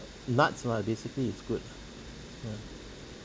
nuts lah basically is good ah ya